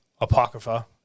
Apocrypha